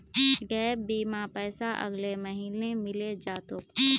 gap बीमार पैसा अगले महीने मिले जा तोक